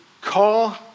call